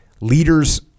leaders